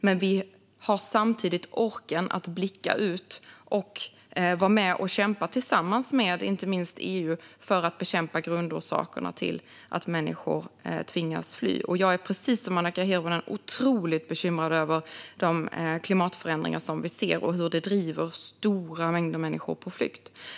Men vi har samtidigt orken att blicka ut och vara med och kämpa tillsammans med inte minst EU för att bekämpa grundorsakerna till att människor tvingas fly. Jag är, precis som Annika Hirvonen, otroligt bekymrad över de klimatförändringar vi ser och hur de driver stora mängder människor på flykt.